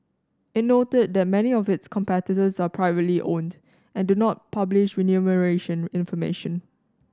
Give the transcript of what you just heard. it noted that many of its competitors are privately owned and do not publish remuneration information